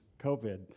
COVID